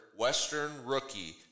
WESTERNROOKIE